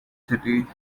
city